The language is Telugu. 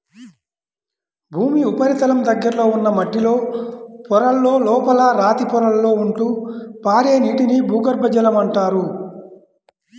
భూమి ఉపరితలం దగ్గరలో ఉన్న మట్టిలో పొరలలో, లోపల రాతి పొరలలో ఉంటూ పారే నీటిని భూగర్భ జలం అంటారు